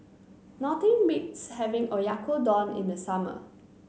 nothing beats having Oyakodon in the summer